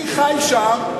אני חי שם,